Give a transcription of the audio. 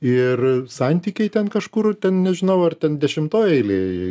ir santykiai ten kažkur ten nežinau ar ten dešimtoj eilėj